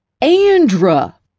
Andra